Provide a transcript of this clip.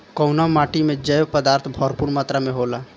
कउना माटी मे जैव पदार्थ भरपूर मात्रा में होला?